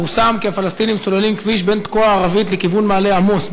פורסם כי הפלסטינים סוללים כביש בין תקוע הערבית לכיוון מעלה-עמוס,